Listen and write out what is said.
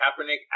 Kaepernick